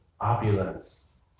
opulence